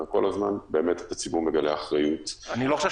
כל הזמן באמת הציבור מגלה אחריות רבה.